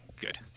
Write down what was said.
Good